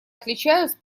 отличаюсь